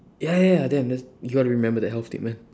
ya ya damn that's you got to remember that health tip man